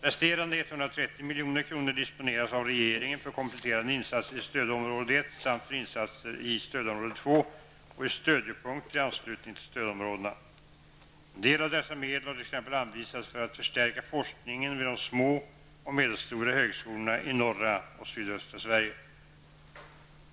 Resterande 130 milj.kr. disponeras av regeringen för kompletterande insatser i stödområde 1 samt för insatser i stödområde 2 och i stödjepunkter i anslutning till stödområdena. En del av dessa medel har t.ex. anvisats för att förstärka forskningen vid de små och medelstora högskolorna i norra och sydöstra Sverige.